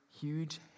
huge